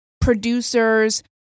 producers